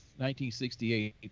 1968